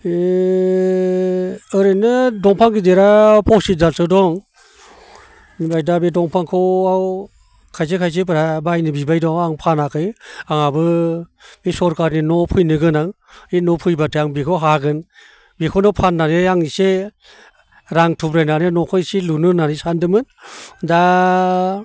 ए ओरैनो दंफां गिदिरा पसिस दालसो दं बेनिफ्राय दा बे दंफांखौ खायसे खायसेफोरा बायनो बिबाय दं आं फानाखै आंहाबो बे सोरखारि न' फैनो गोनां बे न' फैबाथाय आं बेखौ हागोन बेखौनो फाननानै आं इसे रां थुब्रायनानै न'खौ इसे लुनो होननानै सानदोंमोन दा